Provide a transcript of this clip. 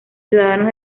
ciudadanos